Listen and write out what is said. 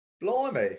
Blimey